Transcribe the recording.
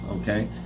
Okay